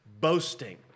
boasting